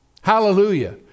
Hallelujah